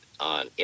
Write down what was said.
on